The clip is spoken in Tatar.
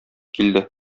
килде